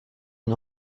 une